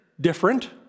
different